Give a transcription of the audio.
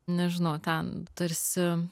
nežinau ten tarsi